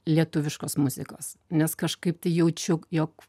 lietuviškos muzikos nes kažkaip tai jaučiu jog